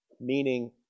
meaning